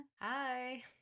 Hi